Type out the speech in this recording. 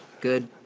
Good